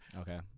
Okay